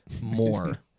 more